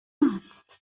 است